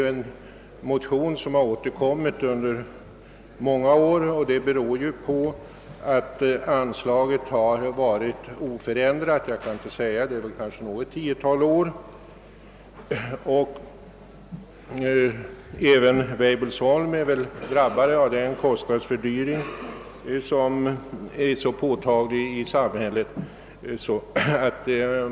Dessa motionsyrkanden har återkommit under många år, och anledning härtill är att anslaget har varit oförändrat under en längre tid, kanske något tiotal år. även Weibullsholm har väl drabbats av den kostnadsfördyring, som är så påtaglig i samhället.